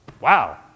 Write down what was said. Wow